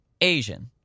Asian